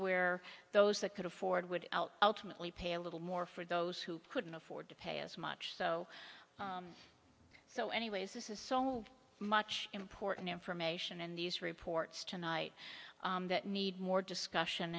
where those that could afford would ultimately pay a little more for those who couldn't afford to pay as much so so anyways this is so much important information in these reports tonight that need more discussion